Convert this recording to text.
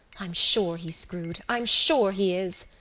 i'm sure he's screwed. i'm sure he is.